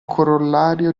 corollario